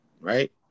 right